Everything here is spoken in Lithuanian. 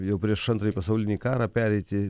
jau prieš antrąjį pasaulinį karą pereiti